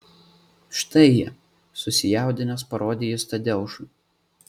štai jie susijaudinęs parodė jis tadeušui